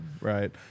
right